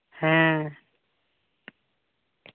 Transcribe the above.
ᱦᱮᱸ